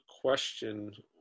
question